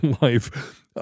life